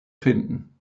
finden